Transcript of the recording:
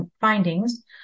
findings